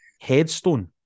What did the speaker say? Headstone